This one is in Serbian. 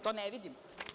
To ne vidimo?